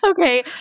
Okay